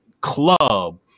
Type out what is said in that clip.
club